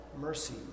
mercy